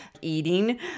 eating